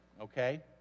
okay